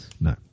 No